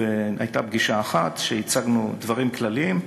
הייתה פגישה אחת שהצגנו בה דברים כלליים,